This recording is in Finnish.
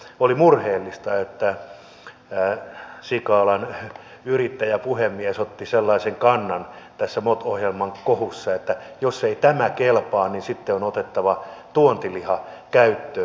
oli murheellista että sikalan yrittäjä puhemies otti sellaisen kannan tässä mot ohjelman kohussa että jos ei tämä kelpaa niin sitten on otettava tuontiliha käyttöön